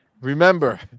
Remember